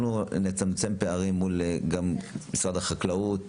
אנחנו נצמצם פערים גם מול משרד החקלאות